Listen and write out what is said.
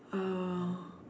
uh